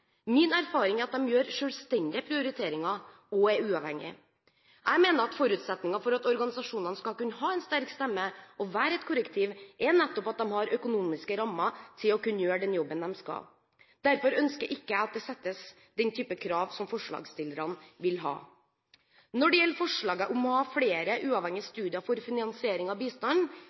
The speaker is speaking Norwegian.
Min erfaring er at de gjør selvstendige prioriteringer og er uavhengige. Jeg mener at forutsetningen for at organisasjonene skal kunne ha en sterk stemme og være et korrektiv, er nettopp at de har økonomiske rammer til å kunne gjøre den jobben de skal. Derfor ønsker ikke jeg at det settes den typen krav som forslagsstillerne vil ha. Når det gjelder forslaget om å ha flere uavhengige studier for finansiering av bistand,